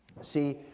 See